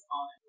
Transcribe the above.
on